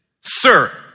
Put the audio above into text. sir